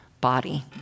body